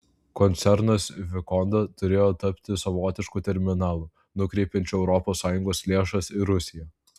koncernas vikonda turėjo tapti savotišku terminalu nukreipiančiu europos sąjungos lėšas į rusiją